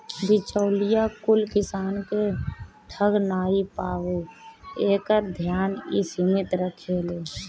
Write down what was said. बिचौलिया कुल किसान के ठग नाइ पावे एकर ध्यान इ समिति रखेले